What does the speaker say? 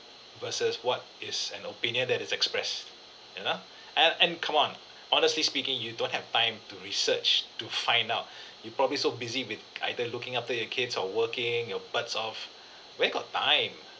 versus what is an opinion that is expressed you know and and come on honestly speaking you don't have time to research to find out you're probably so busy with either looking after your kids or working your butts off where got time